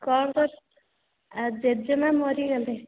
କ'ଣ କରୁଛୁ ଜେଜେମା ମରିଗଲେ